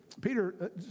Peter